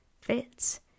fits